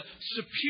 superior